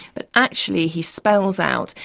but actually he spells out,